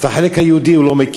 אז את החלק היהודי הוא לא מכיר,